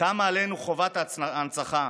קמה עלינו חובת ההנצחה,